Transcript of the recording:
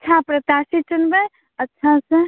अच्छा प्रत्याशी चुनबै अच्छा से